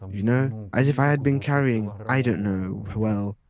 you know, as if i had been carrying, i don't know, well,